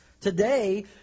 today